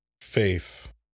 faith